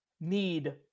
need